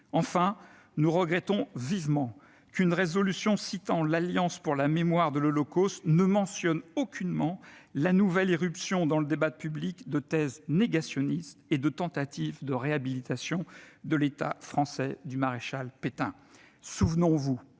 Enfin, nous regrettons vivement qu'une résolution citant l'Alliance pour la mémoire de l'Holocauste ne mentionne aucunement la nouvelle irruption dans le débat public de thèses négationnistes et de tentatives de réhabilitation de l'État français du maréchal Pétain. Très